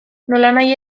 nolanahi